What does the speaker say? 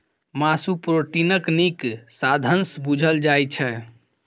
मासु प्रोटीनक नीक साधंश बुझल जाइ छै